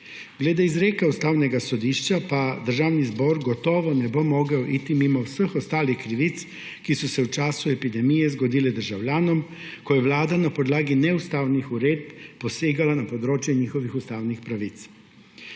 Glede na izrek Ustavnega sodišča pa Državni zbor gotovo ne bo mogel iti mimo vseh ostalih krivic, ki so se v času epidemije zgodile državljanom, ko je Vlada na podlagi neustavnih uredb posegala na področje njihovih ustavnih pravic.